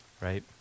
right